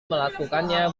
melakukannya